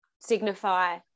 signify